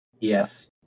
Yes